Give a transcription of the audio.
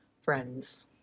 friends